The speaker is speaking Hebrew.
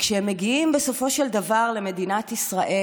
וכשהם מגיעים בסופו של דבר למדינת ישראל,